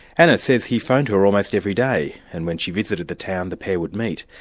anna says he phoned her almost every day, and when she visited the town, the pair would meet.